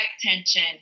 tension